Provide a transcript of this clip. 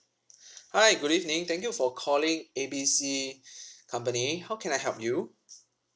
hi good evening thank you for calling A B C company how can I help you